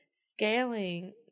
scaling